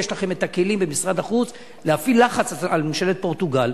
יש לכם הכלים במשרד החוץ להפעיל לחץ על ממשלת פורטוגל.